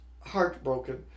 heartbroken